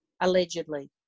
Allegedly